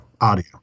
audio